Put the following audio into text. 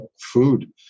food